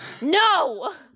No